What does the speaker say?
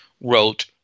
wrote